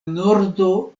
nordo